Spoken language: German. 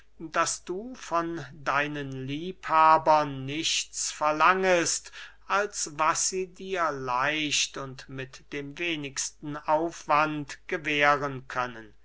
daß du von deinen liebhabern nichts verlangest als was sie dir leicht und mit dem wenigsten aufwand gewähren können